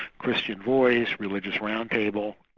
christian voice, religious round table.